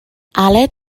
aled